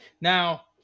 now